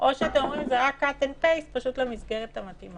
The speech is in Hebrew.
או שאתם אומרים זה רק cut and paste למסגרת המתאימה.